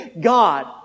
God